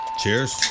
Cheers